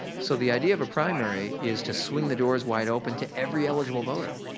so, the idea of a primary is to swing the doors wide open to every eligible voter,